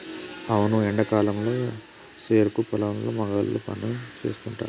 అవును ఎండా కాలంలో సెరుకు పొలాల్లో మగవాళ్ళు పని సేస్తుంటారు